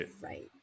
Right